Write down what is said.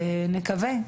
נקווה.